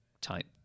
type